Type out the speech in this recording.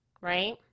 right